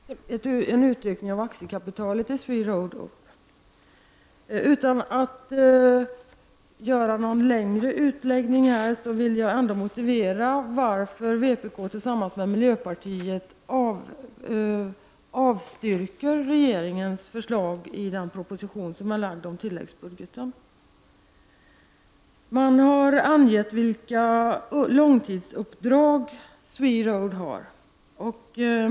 Herr talman! I det här kortfattade betänkandet från trafikutskottet tas bl.a. en utökning av aktiekapitalet i SweRoad upp. Utan att göra någon längre utläggning här vill jag motivera varför vpk tillsammans med miljöpartiet avstyrker regeringens förslag i den proposition som är framlagd om tilläggsbudgeten. Man har angivit vilka långtidsuppdrag SweRoad har.